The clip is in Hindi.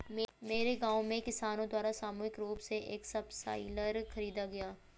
मेरे गांव में किसानो द्वारा सामूहिक रूप से एक सबसॉइलर खरीदा गया